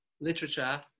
literature